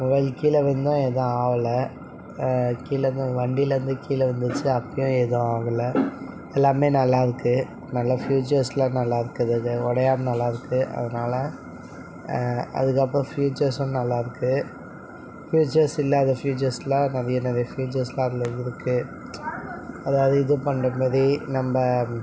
mobile கீழே விழுந்ததும் எதுவும் ஆகல கீழேதான் வண்டியில் இருந்து கீழே விழுந்திச்சு அப்பேயும் எதுவும் ஆகலை எல்லாமே நல்லா இருக்குது நல்ல ப்யூச்சர்ஸ்யெலாம் நல்லா இருக்கிறது உடையாம நல்லா இருக்குது அதனால அதுக்கப்புறம் ப்யூச்சர்ஸ்ஸும் நல்லா இருக்குது ப்யூச்சர்ஸ் இல்லாத ப்யூச்சர்ஸ்யெலாம் நிறைய நிறைய ப்யூச்சர்ஸ்யெலாம் அதில் இருக்குது அதாவது இது பண்ணுறம்போதே நம்ம